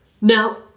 Now